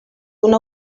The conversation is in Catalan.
una